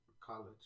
college